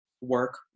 work